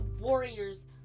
warriors